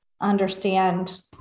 understand